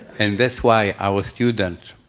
and that's why our students,